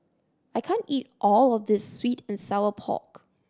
I can't eat all of this sweet and sour pork